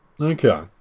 Okay